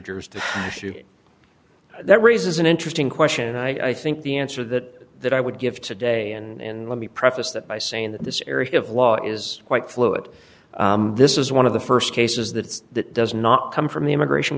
to shoot that raises an interesting question and i think the answer that that i would give today and let me preface that by saying that this area of law is quite fluid this is one of the st cases that that does not come from the immigration